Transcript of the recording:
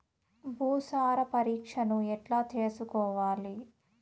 భూసార పరీక్షను ఎట్లా చేసుకోవాలి?